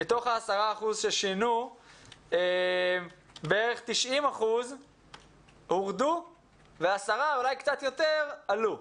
מתוך עשרת האחוזים בערך 90% הורדו ו-10% עלו.